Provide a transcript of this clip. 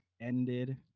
ended